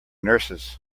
nurses